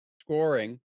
scoring